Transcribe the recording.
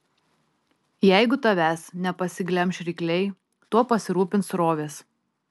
jeigu tavęs nepasiglemš rykliai tuo pasirūpins srovės